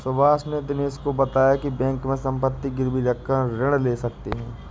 सुभाष ने दिनेश को बताया की बैंक में संपत्ति गिरवी रखकर ऋण ले सकते हैं